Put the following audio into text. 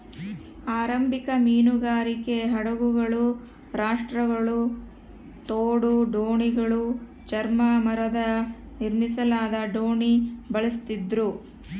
ಆರಂಭಿಕ ಮೀನುಗಾರಿಕೆ ಹಡಗುಗಳು ರಾಫ್ಟ್ಗಳು ತೋಡು ದೋಣಿಗಳು ಚರ್ಮ ಮರದ ನಿರ್ಮಿಸಲಾದ ದೋಣಿ ಬಳಸ್ತಿದ್ರು